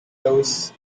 louis